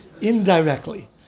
indirectly